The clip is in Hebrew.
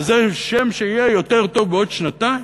בשם שיהיה טוב יותר בעוד שנתיים?